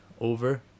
over